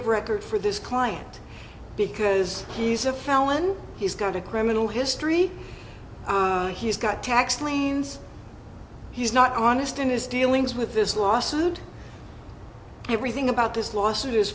of record for this client because he's a felon he's got a criminal history he's got tax liens he's not honest in his dealings with this lawsuit everything about this lawsuit is